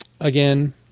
again